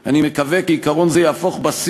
ואני אעשה את זה כל חיי הפוליטיים.